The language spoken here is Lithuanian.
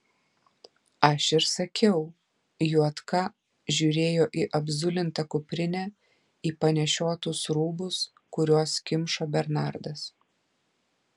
aš ir sakiau juodka žiūrėjo į apzulintą kuprinę į panešiotus rūbus kuriuos kimšo bernardas